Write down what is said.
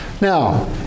Now